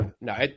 no